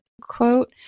quote